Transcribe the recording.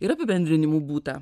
ir apibendrinimų būta